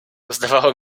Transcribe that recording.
zdawało